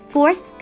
Fourth